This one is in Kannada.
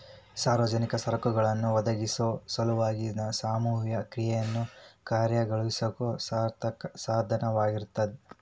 ಸಾರ್ವಜನಿಕ ಸರಕುಗಳನ್ನ ಒದಗಿಸೊ ಸಲುವಾಗಿ ಸಾಮೂಹಿಕ ಕ್ರಿಯೆಯನ್ನ ಕಾರ್ಯಗತಗೊಳಿಸೋ ಸಾಧನವಾಗಿರ್ತದ